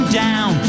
down